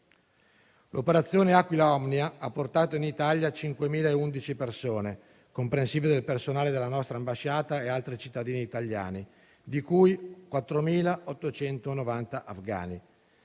L'operazione Aquila omnia ha portato in Italia 5.011 persone, comprensive del personale della nostra ambasciata, e altri cittadini italiani, di cui 4.890 afghani.